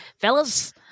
fellas